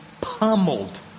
pummeled